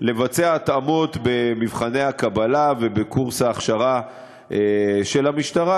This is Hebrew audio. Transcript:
לבצע התאמות במבחני הקבלה ובקורס ההכשרה של המשטרה,